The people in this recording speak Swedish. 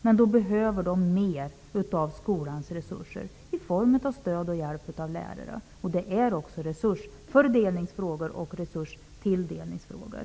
Därför behöver de mer av skolans resurser, i form av stöd och hjälp från lärarna. Det här handlar alltså om både resursfördelnings och resurstilldelningsfrågor.